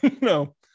no